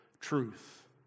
truth